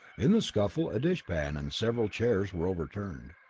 in the scuffle a dish pan and several chairs were overturned.